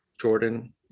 Jordan